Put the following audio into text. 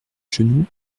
genoux